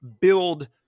build